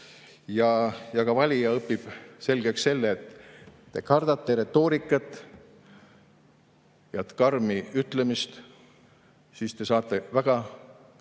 ja ka valija õpib selgeks selle, et kui te kardate retoorikat ja karmi ütlemist, siis te saate väga